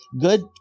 Good